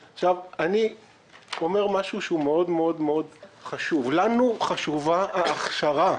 לא, לא צריך משכנתאות